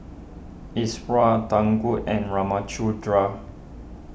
Iswaran Tangu and Ramchundra